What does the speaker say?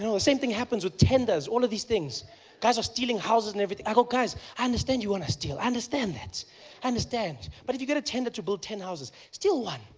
and the same thing happens with tenders, all these things guys are stealing houses and everything, i go guys i understand you want to steal, i understand that i understand, but if you get a tender to build ten houses steal one,